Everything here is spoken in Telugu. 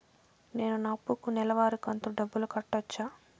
నేను నా అప్పుకి నెలవారి కంతు డబ్బులు కట్టొచ్చా?